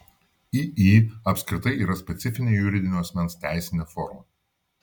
iį apskritai yra specifinė juridinio asmens teisinė forma